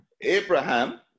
Abraham